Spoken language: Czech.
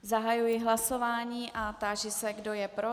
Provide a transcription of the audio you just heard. Zahajuji hlasování a táži se, kdo je pro.